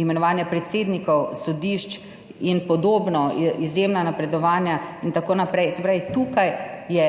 imenovanja predsednikov sodišč in podobno, izjemna napredovanja in tako naprej, se pravi, tukaj je